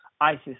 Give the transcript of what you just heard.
ISIS